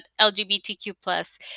LGBTQ